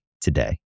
today